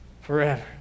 forever